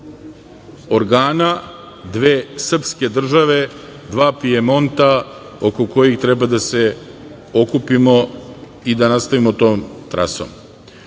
važna organa, dve srpske države, dva Pijemonta oko kojih treba da se okupimo i da nastavimo tom trasom. Ono